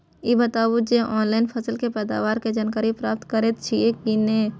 ई बताउ जे ऑनलाइन फसल के पैदावार के जानकारी प्राप्त करेत छिए की नेय?